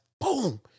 Boom